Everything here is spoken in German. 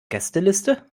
gästeliste